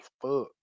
fuck